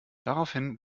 daraufhin